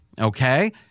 Okay